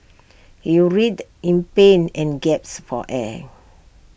he writhed in pain and gasped for air